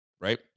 right